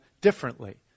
differently